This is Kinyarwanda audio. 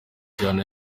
njyana